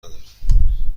ندارم